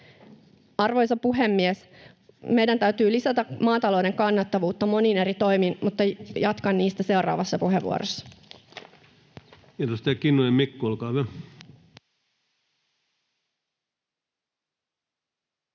Arvoisa puhemies! Meidän täytyy lisätä maatalouden kannattavuutta monin eri toimin, mutta jatkan niistä seuraavassa puheenvuorossa. [Speech